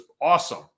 awesome